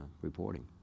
reporting